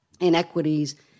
inequities